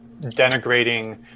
denigrating